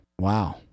Wow